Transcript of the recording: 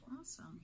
Awesome